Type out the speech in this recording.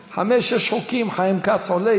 חמישה-שישה חוקים חיים כץ עולה,